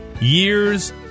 years